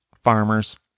farmers